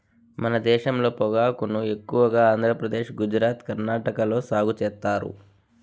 మన దేశంలో పొగాకును ఎక్కువగా ఆంధ్రప్రదేశ్, గుజరాత్, కర్ణాటక లో సాగు చేత్తారు